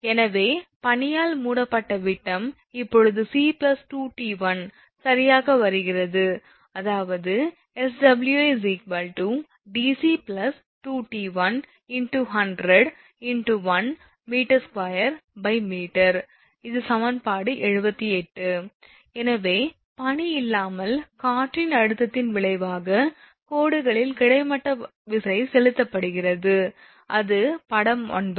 எனவே பனியால் மூடப்பட்ட விட்டம் இப்போது 𝑐2𝑡1 சரியாக வருகிறது அதாவது 𝑆𝑤𝑖𝑑𝑐2𝑡1100×1 𝑚2𝑚 இது சமன்பாடு 78 எனவே பனி இல்லாமல் காற்றின் அழுத்தத்தின் விளைவாக கோடுகளில் கிடைமட்ட விசை செலுத்தப்படுகிறது அது படம் 9